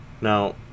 Now